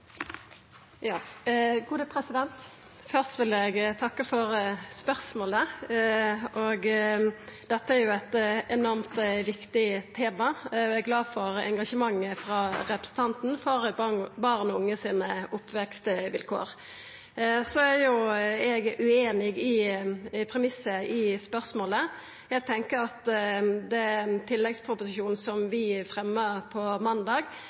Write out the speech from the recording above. vil eg takka for spørsmålet. Dette er eit enormt viktig tema, eg er glad for representanten sitt engasjement for oppvekstvilkåra til barn og unge. Så er eg ueinig i premissen i spørsmålet. Eg tenkjer at tilleggsproposisjonen som vi fremja på måndag,